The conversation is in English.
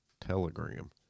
Telegram